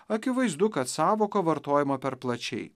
akivaizdu kad sąvoka vartojama per plačiai